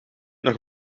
nog